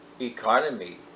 economy